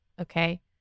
okay